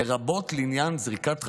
לרבות לעניין זריקת חפצים.